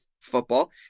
football